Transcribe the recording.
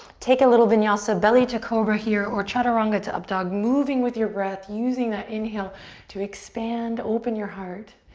take a little vinyasa, belly to cobra here or chaturanga to up dog, moving with your breath, using that inhale to expand, open your heart.